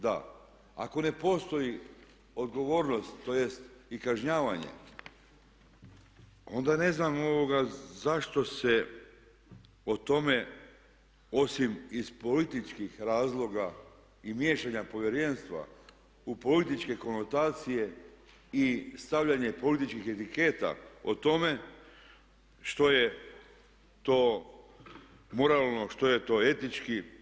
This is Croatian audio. Da, ako ne postoji odgovornost, tj. i kažnjavanje, onda ne znam zašto se o tome osim iz političkih razloga i miješanja Povjerenstva u političke konotacije i stavljanje političkih etiketa o tome što je to moralno, što je to etički.